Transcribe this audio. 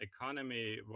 economy